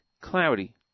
cloudy